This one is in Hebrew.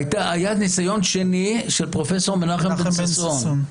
היה ניסיון שני של פרופ' מנחם בן ששון.